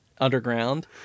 underground